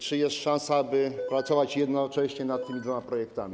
Czy jest szansa, aby pracować jednocześnie nad tymi dwoma projektami?